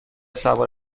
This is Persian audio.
سوار